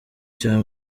cya